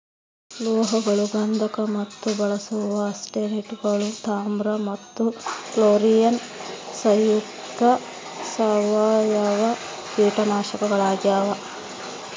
ಲೋಹಗಳು ಗಂಧಕ ಮತ್ತು ಬಳಸುವ ಆರ್ಸೆನೇಟ್ಗಳು ತಾಮ್ರ ಮತ್ತು ಫ್ಲೋರಿನ್ ಸಂಯುಕ್ತ ಸಾವಯವ ಕೀಟನಾಶಕಗಳಾಗ್ಯಾವ